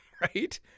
Right